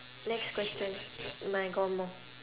next question mm I got more